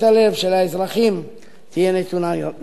הלב של האזרחים תהיה נתונה היום לנו.